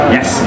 Yes